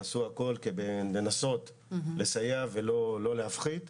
הם עשו הכול כדי לנסות לסייע ולא להפחית זכויות.